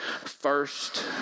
First